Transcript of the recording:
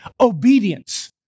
Obedience